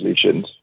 solutions